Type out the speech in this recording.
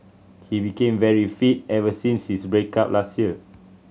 he became very fit ever since his break up last year